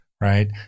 right